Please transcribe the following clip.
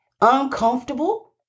uncomfortable